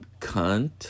cunt